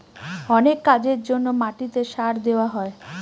অনেক কাজের জন্য মাটিতে সার দেওয়া হয়